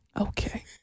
Okay